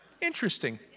Interesting